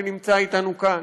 שנמצא איתנו כאן